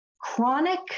chronic